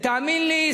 ותאמין לי,